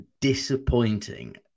disappointing